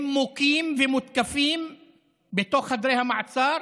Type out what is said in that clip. הם מוכים ומותקפים בתוך חדרי המעצר